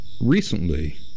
recently